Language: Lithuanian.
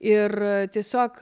ir tiesiog